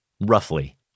roughly